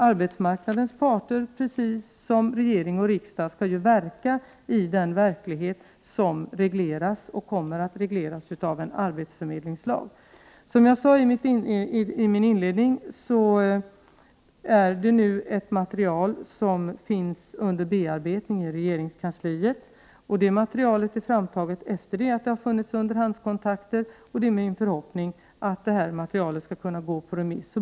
Arbetsmarknadens parter skall ju, precis som regering och riksdag, verka i den verklighet som regleras och kommer att regleras av arbetsförmedlingslagen. Som jag sade i min inledning är ett material nu under bearbetning i regeringskansliet. Det materialet är framtaget efter det att det har tagits underhandskontakter. Det är min förhoppning att det materialet skall kunna gå ut på remiss.